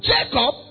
Jacob